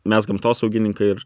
mes gamtosaugininkai ir